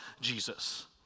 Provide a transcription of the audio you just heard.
Jesus